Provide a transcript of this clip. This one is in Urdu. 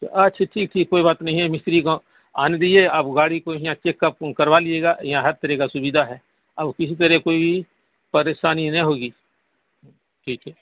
اچھا ٹھیک ٹھیک کوئی بات نہیں ہے مستری گاؤں آنے دیجیے آپ گاڑی کو یہاں چیک اپ کروا لیجیے گا یہاں ہر طرح کا سویدھا ہے آپ کو کسی طرح کا کوئی پریشانی نہیں ہوگی ٹھیک ہے